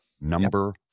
Number